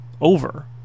over